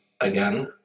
again